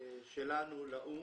שלנו לאו"ם,